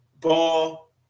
Ball